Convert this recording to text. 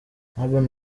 urban